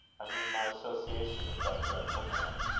i mean my association with that dreadful man.